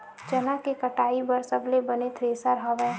चना के कटाई बर सबले बने थ्रेसर हवय?